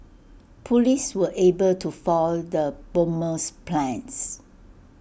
Police were able to foil the bomber's plans